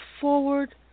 forward